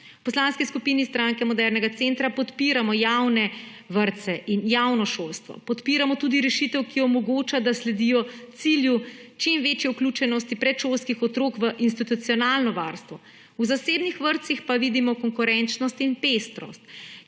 V Poslanski skupini Stranke modernega centra podpiramo javne vrtce in javno šolstvo. Podpiramo tudi rešitev, ki omogoča, da sledijo cilju čim večji vključenosti predšolskih otrok v institucionalno varstvo. V zasebnih vrtcih pa vidimo konkurenčnost in pestrost,